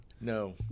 no